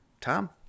Tom